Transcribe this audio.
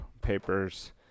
papers